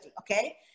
Okay